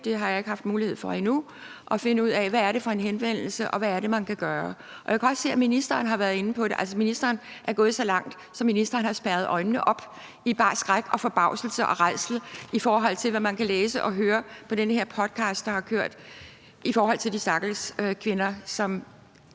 det har jeg ikke haft mulighed for endnu – fundet ud af, hvad det er for en henvendelse, og hvad det er, man kan gøre. Jeg kan også se, at ministeren har været inde på det. Altså, ministeren er gået så langt, at ministeren har spærret øjnene op i bar skræk, forbavselse og rædsel, i forhold til hvad man læse om og i den her podcast, der har kørt, høre om de stakkels kvinder, som